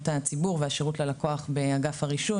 הציבור והשירות ללקוח באגף הרישוי,